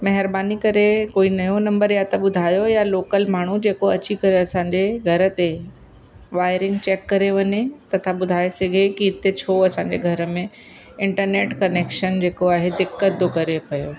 महिरबानी करे कोई नयो नम्बर या त ॿुधायो या लोकल माण्हू जेको अची करे असांजे घर ते वायरिंग चेक करे वञे तथा ॿुधाए सघे की हिते छो असांजे घर में इंटरनेट कनेक्शन जेको आहे दिक़तु थो करे पियो